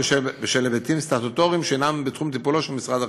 בשל היבטים סטטוטוריים שאינם בתחום טיפולו של משרד החינוך.